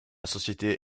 société